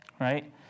Right